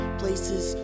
places